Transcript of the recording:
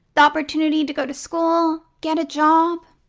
the opportunity to go to school, get a job,